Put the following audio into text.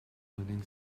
learning